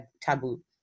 taboo